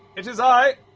it is i,